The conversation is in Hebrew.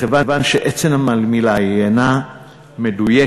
מכיוון שעצם המילה אינה מדויקת,